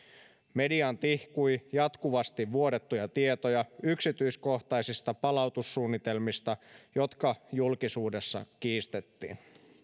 mediaan tihkui jatkuvasti vuodettuja tietoja yksityiskohtaisista palautussuunnitelmista jotka julkisuudessa kiistettiin